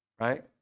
right